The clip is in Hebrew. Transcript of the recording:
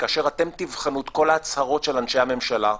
וכאשר אתם תבחנו את כל ההצהרות של אנשי הממשלה,